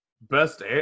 Best